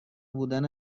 بودن